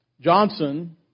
Johnson